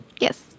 Yes